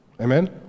Amen